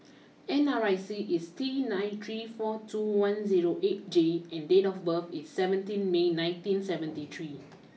N R I C is T nine three four two one zero eight J and date of birth is seventeen May nineteen seventy three